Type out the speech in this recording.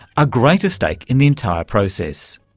a greater stake in the entire process.